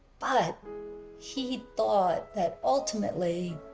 but he thought that ultimately,